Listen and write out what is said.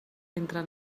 entre